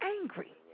angry